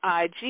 IG